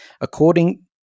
According